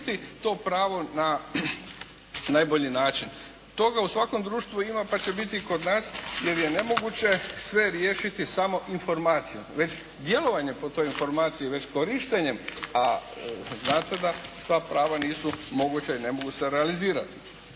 to pravo na najbolji način. Toga u svakom društvu ima pa će biti i kod nas jer je nemoguće sve riješiti samo informacijom, već djelovanje po toj informaciji, već korištenjem, a zna se da sva prava nisu moguća i ne mogu se realizirati.